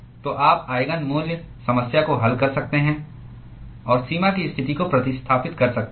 तो आप आईगन मूल्य समस्या को हल कर सकते हैं और सीमा की स्थिति को प्रतिस्थापित कर सकते हैं